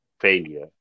failure